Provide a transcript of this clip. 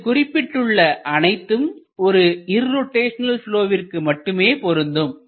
இங்கு குறிப்பிட்டுள்ள அனைத்தும் ஒரு இர்ரோட்டைஷனல் ப்லொவிற்கு மட்டுமே பொருந்தும்